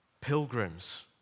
pilgrims